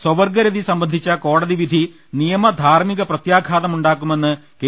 സ്വർഗ്ഗരതി സംബന്ധിച്ച കോടതി വിധി നിയമ ധാർമ്മിക പ്രത്യാഘാതമുണ്ടാക്കുമെന്ന് കെ